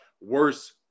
worse